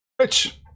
Rich